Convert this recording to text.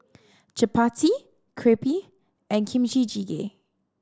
Chapati Crepe and Kimchi Jjigae